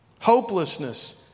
Hopelessness